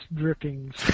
drippings